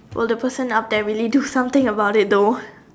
will the person up there really do something about it though